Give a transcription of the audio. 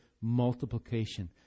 multiplication